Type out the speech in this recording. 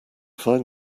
find